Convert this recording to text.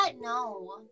no